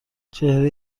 چهره